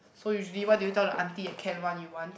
so usually what do you tell the Auntie at can one you want